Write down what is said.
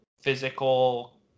physical